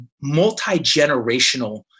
multi-generational